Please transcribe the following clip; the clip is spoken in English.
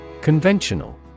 Conventional